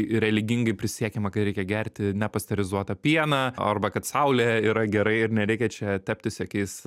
religingai prisiekiama kad reikia gerti nepasterizuotą pieną arba kad saulė yra gerai ir nereikia čia teptis jokiais